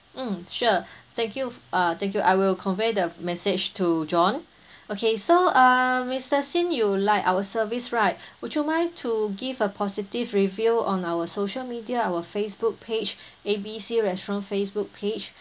mm sure thank you f~ uh thank you I will convey the message to john okay so err mister since you like our service right would you mind to give a positive review on our social media our Facebook page A B C restaurant Facebook page